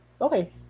Okay